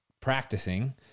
practicing